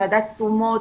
וועדת תשומות,